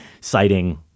citing